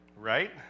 Right